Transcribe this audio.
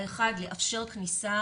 אחד לאפשר כניסה